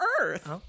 Earth